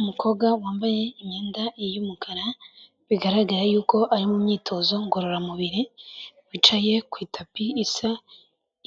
Umukobwa wambaye imyenda y'umukara bigaragara y'uko ari mu myitozo ngororamubiri, wicaye ku itapi isa